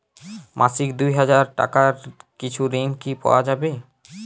মাসিক দুই হাজার টাকার কিছু ঋণ কি পাওয়া যাবে?